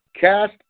Cast